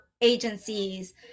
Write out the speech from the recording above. agencies